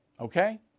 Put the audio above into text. Okay